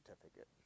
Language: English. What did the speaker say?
certificate